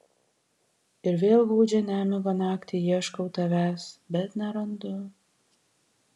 ir vėl gūdžią nemigo naktį ieškau tavęs bet nerandu